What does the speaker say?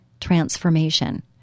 transformation